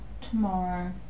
tomorrow